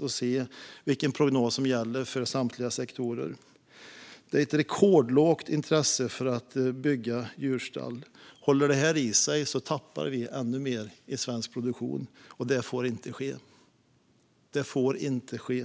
och se vilken prognos som gäller för samtliga sektorer. Det är ett rekordlågt intresse för att bygga djurstall. Om det håller i sig tappar vi ännu mer i svensk produktion. Detta får inte ske.